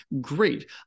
Great